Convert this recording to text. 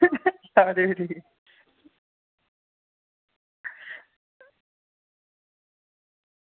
सारे ठीक